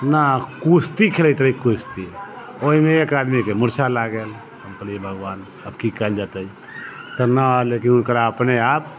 ना कुश्ती खेलैत रहै कुश्ती ओहिमे एक आदमीके मूर्छा लागल हम कहलियै हे भगवान आब की कयल जेतै तऽ ना एलै कि ओकरा अपने आप